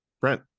brent